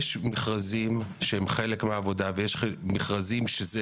יש מכרזים שהם חלק מהעבודה ויש מכרזים שזה